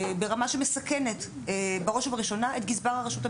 ברמה שמסכנת בראש ובראשונה את גזבר הרשות המקומית,